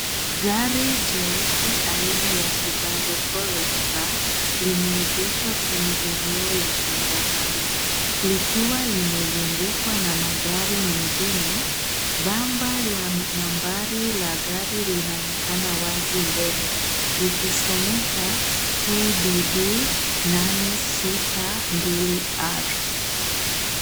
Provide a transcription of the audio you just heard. Gari jeusi aina ya Subaru Forester limeegeshwa kwenye eneo la changarawe likiwa limezungukwa na magari mengine. Bumper la nambari la gari linaonekana wazi mbele likisomeka KBB 862R.